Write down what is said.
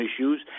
issues